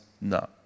no